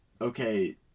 Okay